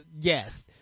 yes